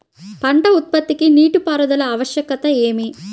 పంట ఉత్పత్తికి నీటిపారుదల ఆవశ్యకత ఏమి?